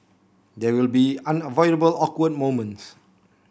there will be unavoidable awkward moments